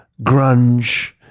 grunge